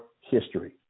history